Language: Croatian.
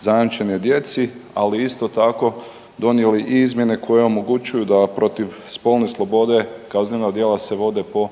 zajamčene djeci, ali isto tako, donijeli izmjene koje omogućuju da protiv spolne slobode, kaznena djela se vode po